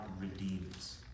redeems